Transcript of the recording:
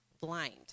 blind